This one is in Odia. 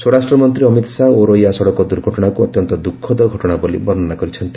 ସ୍ୱରାଷ୍ଟ୍ର ମନ୍ତ୍ରୀ ଅମିତ ଶାହା ଔରଇୟା ସଡ଼କ ଦୁର୍ଘଟଣାକୁ ଅତ୍ୟନ୍ତ ଦୁଃଖଦ ଘଟଣା ବୋଲି ବର୍ଷନା କରିଛନ୍ତି